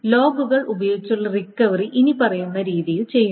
ലോഗുകൾ ഉപയോഗിച്ചുള്ള റിക്കവറി ഇനിപ്പറയുന്ന രീതിയിൽ ചെയ്യുന്നു